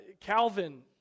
Calvin